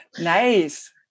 Nice